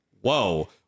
whoa